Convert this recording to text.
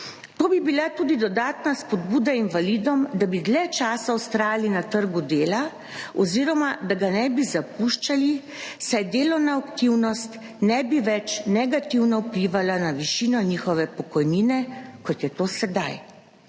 To bi bila tudi dodatna spodbuda invalidom, da bi dlje časa vztrajali na trgu dela oziroma da ga ne bi zapuščali, saj delovna aktivnost ne bi več negativno vplivala na višino njihove pokojnine, kot je to sedaj.